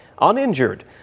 uninjured